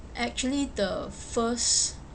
actually the first